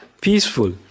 peaceful